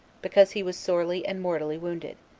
because he was sorely and mortally wounded.